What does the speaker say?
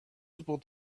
visible